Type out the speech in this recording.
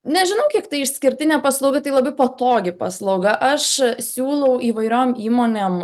nežinau kiek tai išskirtinė paslauga tai labai patogi paslauga aš siūlau įvairiom įmonėm